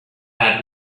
had